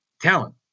talent